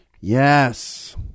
Yes